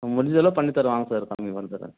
முடிஞ்சளவு பண்ணித்தரேன் வாங்க சார் கம்மி பண்ணித்தரேன்